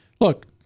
look